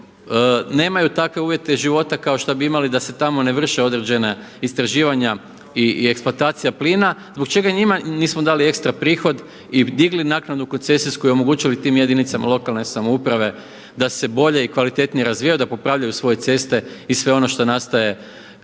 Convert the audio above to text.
nemaju takve uvjete života kao što bi imali da se tamo ne vrše određena istraživanja i eksploatacija plina, zbog čega njima nismo dali ekstra prihod i digli naknadu koncesijsku i omogućili tim jedinicama lokalne samouprave da se bolje i kvalitetnije razvijaju, da popravljaju svoje ceste i sve ono što nastaje,